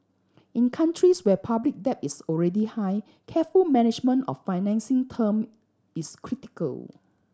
in countries where public debt is already high careful management of financing terms is critical